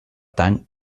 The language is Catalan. tant